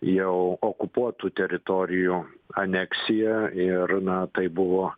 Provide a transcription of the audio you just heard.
jau okupuotų teritorijų aneksiją ir na tai buvo